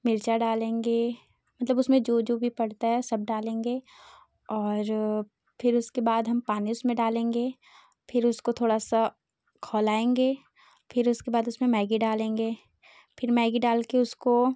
मिर्चा डालेंगे मतलब उसमें जो जो भी पड़ता है सब डालेंगे और फिर उसके बाद हम पानी उसमें डालेंगे फिर उसको थोड़ा सा खौलाएँगे फिर उसके बाद उसमें मैगी डालेंगे फिर मैगी डालकर उसको